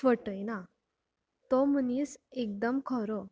फटयना तो मनीस एकदम खरो